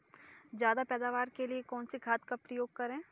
ज्यादा पैदावार के लिए कौन सी खाद का प्रयोग करें?